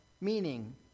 meaning